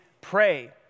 pray